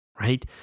right